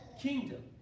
kingdom